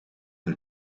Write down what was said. een